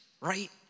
right